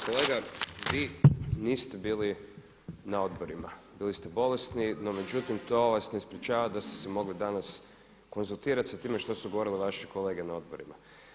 Kolega vi niste bili na odborima, bili ste bolesni, no međutim to vas ne sprečava da ste se mogli danas konzultirati sa time što su govorile vaše kolege na odborima.